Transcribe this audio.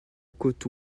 côté